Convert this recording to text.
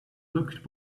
looked